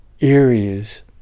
areas